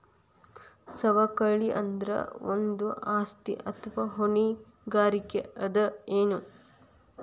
ಸವಕಳಿ ಅಂದ್ರ ಒಂದು ಆಸ್ತಿ ಅಥವಾ ಹೊಣೆಗಾರಿಕೆ ಅದ ಎನು?